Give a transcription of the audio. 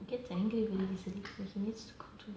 he gets angry that he needs to